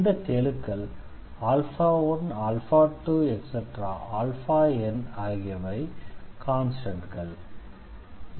இந்த கெழுக்கள் a1a2an ஆகியவை கான்ஸ்டண்ட்கள்